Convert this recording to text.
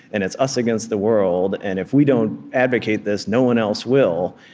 and it's us against the world and if we don't advocate this, no one else will.